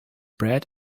bred